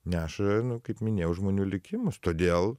neša kaip minėjau žmonių likimus todėl